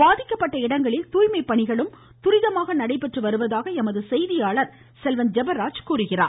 பாதிக்கப்பட்ட இடங்களில் துாய்மை பணிகளும் துரிதமாக நடைபெற்று வருவதாக எமது செய்தியாளர் செல்வன் ஜெபராஜ் தெரிவிக்கிறார்